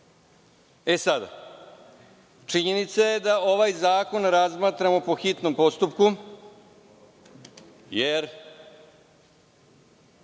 zakona. Činjenica je da ovaj zakon razmatramo po hitnom postupku, jer